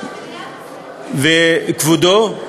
וכבודו.